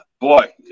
boy